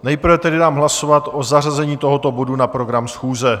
Nejprve tedy dám hlasovat o zařazení tohoto bodu na program schůze.